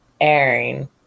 airing